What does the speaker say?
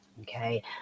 okay